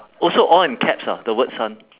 also all in caps ah the word sun